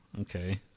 Okay